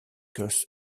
curse